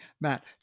Matt